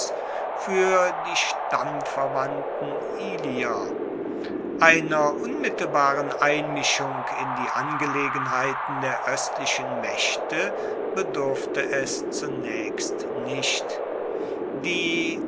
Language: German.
fuer die stammverwandten ilier einer unmittelbaren einmischung in die angelegenheiten der oestlichen maechte bedurfte es zunaechst nicht die